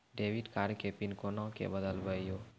Debit card के PIN कोना के बदलबै यो?